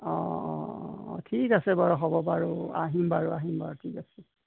অঁ অঁ অঁ ঠিক আছে বাৰু হ'ব আৰু আহিম বাৰু আহিম বাৰু ঠিক আছে